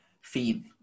feed